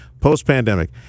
post-pandemic